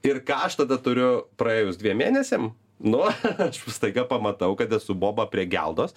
ir ką aš tada turiu praėjus dviem mėnesiam nu aš staiga pamatau kad esu boba prie geldos